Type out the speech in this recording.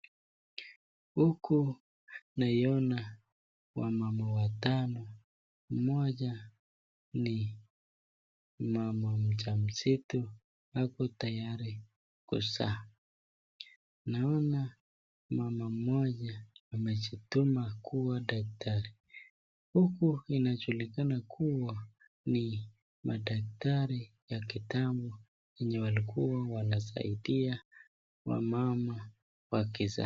Huku naiona wamama watano. Mmoja ni mama mjamzito ako tayari kuzaa. Naona mama mmoja amejituma kuwa daktari. Huku inajulikana kuwa ni madaktari ya kitambo wenye walikuwa wanasaidia wamama wakizaa.